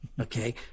Okay